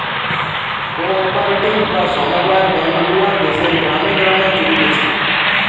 co operative বা সমব্যায় bank গুলা দেশের গ্রামে গ্রামে চলতিছে